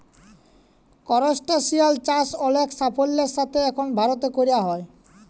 করসটাশিয়াল চাষ অলেক সাফল্যের সাথে এখল ভারতে ক্যরা হ্যয়